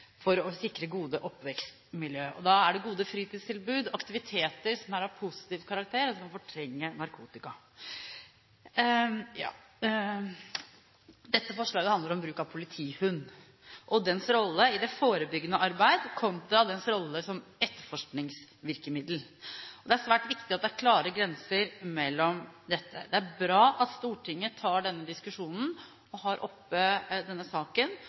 for å sikre gode oppvekstmiljø gjennom gode fritidstilbud og aktiviteter som er av positiv karakter, og som kan fortrenge narkotika. Dette forslaget handler om bruk av politihund og dens rolle i det forebyggende arbeid kontra dens rolle som etterforskningsvirkemiddel. Det er svært viktig at det er klare grenser mellom dette. Det er bra at Stortinget tar denne diskusjonen og har oppe denne saken,